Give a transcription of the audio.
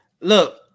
Look